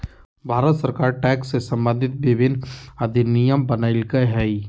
भारत सरकार टैक्स से सम्बंधित विभिन्न अधिनियम बनयलकय हइ